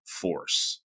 force